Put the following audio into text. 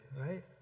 right